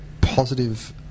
positive